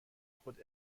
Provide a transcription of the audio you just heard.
خود